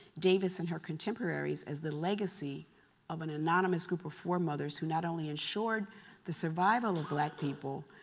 davis and her contemporaries as the legacy of an anonymous group of four mothers who not only ensured the survival of black people,